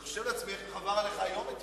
אני חושב לעצמי איך עבר עליך יום אתמול.